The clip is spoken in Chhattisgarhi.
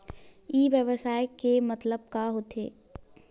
ई व्यवसाय के मतलब का होथे?